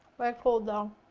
cold though.